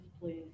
please